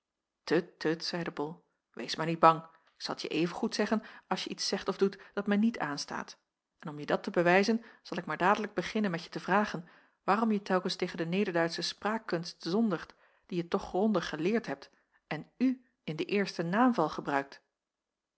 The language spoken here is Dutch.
tut zeide bol wees maar niet bang ik zal t je even goed zeggen als je iets zegt of doet dat mij niet aanstaat en om je dat te bewijzen zal ik maar dadelijk beginnen met je te vragen waarom je telkens tegen de nederduitsche spraakkunst zondigt die je toch grondig geleerd hebt en u in den eersten naamval gebruikt